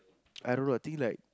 I don't know I think like